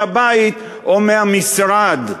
מהבית או מהמשרד.